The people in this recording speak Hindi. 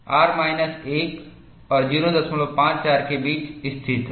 R माइनस 1 और 054 के बीच स्थित है